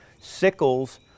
Sickles